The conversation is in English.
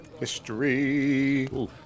History